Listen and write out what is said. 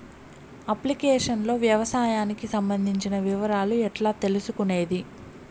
Application లో వ్యవసాయానికి సంబంధించిన వివరాలు ఎట్లా తెలుసుకొనేది?